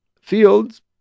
Fields